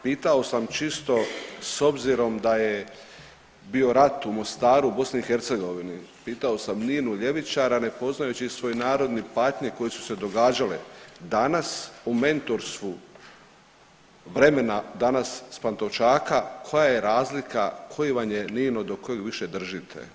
Pitao sam čisto s obzirom da je bio rat u Mostaru, BiH, pitao sam Ninu ljevičara, ne poznajući svoj narod ni patnje koje su se događale danas u mentorstvu vremena danas s Pantovčaka, koja je razlika, koji vam je Nino do kojeg više držite.